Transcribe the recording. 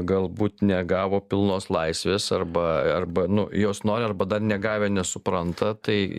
galbūt negavo pilnos laisvės arba arba nu jos nori arba dar negavę nesupranta tai